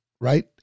right